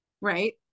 right